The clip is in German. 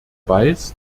weiß